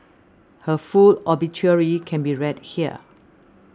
her full obituary can be read here